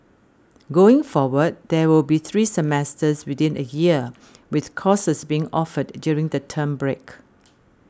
going forward there will be three semesters within a year with courses being offered during the term break